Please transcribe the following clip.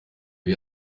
wie